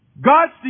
God's